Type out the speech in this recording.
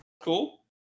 Cool